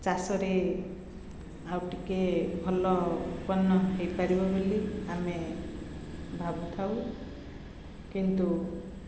ଚାଷରେ ଆଉ ଟିକେ ଭଲ ଉତ୍ପନ୍ନ ହେଇପାରିବ ବୋଲି ଆମେ ଭାବୁଥାଉ କିନ୍ତୁ